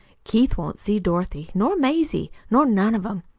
keith won't see dorothy, nor mazie, nor none of em.